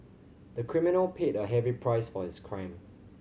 the criminal paid a heavy price for his crime